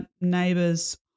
neighbor's